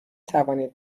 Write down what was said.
توانید